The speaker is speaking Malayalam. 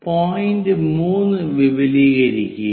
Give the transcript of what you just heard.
പോയിന്റ് 3 വിപുലീകരിക്കുക